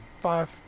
five